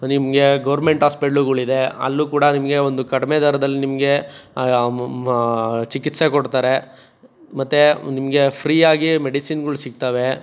ನಿಮಗೆ ಗೋರ್ಮೆಂಟ್ ಆಸ್ಪಿಟ್ಲ್ಗಳಿದೆ ಅಲ್ಲೂ ಕೂಡ ನಿಮಗೆ ಒಂದು ಕಡಿಮೆ ದರದಲ್ಲಿ ನಿಮಗೆ ಚಿಕಿತ್ಸೆ ಕೊಡ್ತಾರೆ ಮತ್ತೆ ನಿಮಗೆ ಫ್ರೀಯಾಗೇ ಮೆಡಿಸಿನ್ಗಳು ಸಿಗ್ತಾವೆ